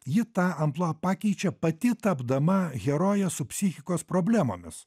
ji tą amplua pakeičia pati tapdama heroje su psichikos problemomis